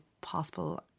possible